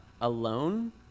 alone